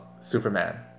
superman